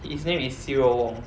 his name is cyril wong